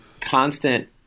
constant